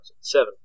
Seven